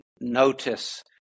notice